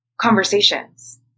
conversations